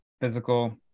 physical